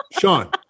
Sean